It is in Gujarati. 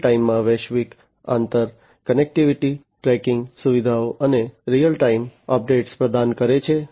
રીઅલ ટાઇમમાં વૈશ્વિક આંતર ક્નેક્ટિવીટિ ટ્રેકિંગ સુવિધાઓ અને રીઅલ ટાઇમ અપડેટ્સ પ્રદાન કરે છે